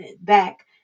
back